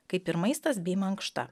kaip ir maistas bei mankšta